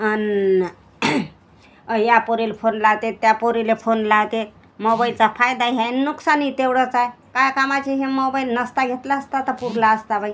आणि न या पोरीला फोन लावतात त्या पोरीला फोन लावते मोबाईलचा फायदाही आहे आणि नुकसानही तेवढंच आहे काय कामाचे हे मोबाईल नसता घेतला असता तर पुरला असता बाई